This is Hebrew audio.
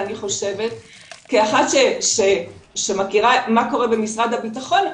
כאחת שמכירה מה קורה במשרד הביטחון,